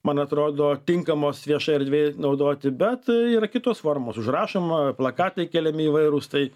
man atrodo tinkamos viešoj erdvėj naudoti bet yra kitos formos užrašoma plakatai keliami įvairūs tai